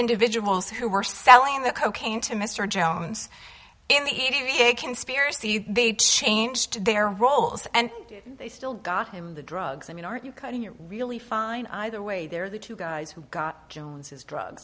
individuals who were selling the cocaine to mr jones in the conspiracy they changed their roles and they still got him the drugs i mean aren't you couldn't you really fine either way they're the two guys who got jones's drugs